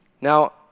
Now